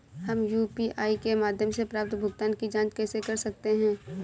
हम यू.पी.आई के माध्यम से प्राप्त भुगतान की जॉंच कैसे कर सकते हैं?